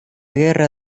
guerra